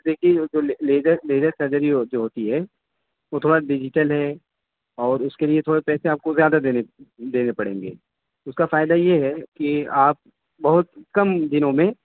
دیکھیے جو laser laser surgery جو ہوتی ہے وہ تھوڑا ڈیجیٹل ہے اور اس کے لیے تھوڑے پیسے آپ کو زیادہ دینے دینے پڑیں گے اس کا فائدہ یہ ہے کہ آپ بہت کم دنوں میں